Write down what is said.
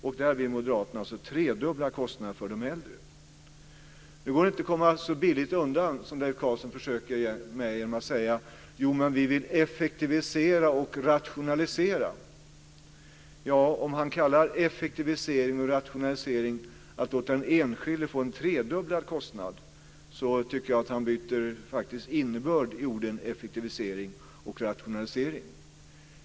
Och moderaterna vill alltså tredubbla kostnaderna för de äldre. Det går inte att komma så billigt undan som Leif Carlson försöker att göra genom att säga att man vill effektivisera och rationalisera. Om han kallar det för effektivisering och rationalisering att låta den enskilde få en tredubblad kostnad, tycker jag faktiskt att han byter innebörd i orden effektivisering och rationalisering.